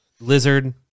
Lizard